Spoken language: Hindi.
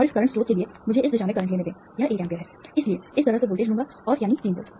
और इस करंट स्रोत के लिए मुझे इस दिशा में करंट लेने दें यह 1 एम्पीयर है इसलिए मैं इस तरह से वोल्टेज लूंगा और यानी 3 वोल्ट